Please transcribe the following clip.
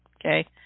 Okay